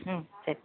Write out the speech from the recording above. ம் சரி